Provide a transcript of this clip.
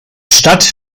stadt